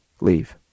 leave